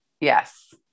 Yes